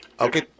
Okay